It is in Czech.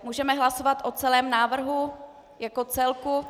Můžeme hlasovat o celém návrhu jako celku?